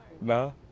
No